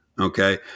Okay